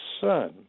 son